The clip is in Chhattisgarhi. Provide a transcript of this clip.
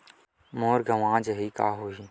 मोर गंवा जाहि का होही?